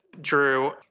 Drew